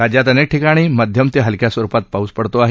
राज्यात अनेक ठिकाणी मध्यम ते हलक्या स्वरुपात पाऊस पडतो आहे